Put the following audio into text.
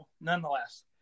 nonetheless